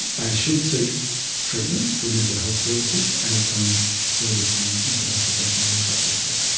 they should seek treatment through mental health services and obtain service from mental health professions if that's the case.